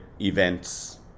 events